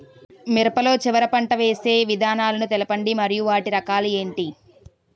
మిరప లో చివర పంట వేసి విధానాలను తెలపండి మరియు వాటి రకాలు ఏంటి